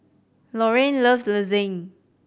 Lorraine loves Lasagne